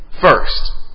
first